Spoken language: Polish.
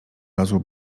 razu